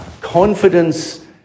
confidence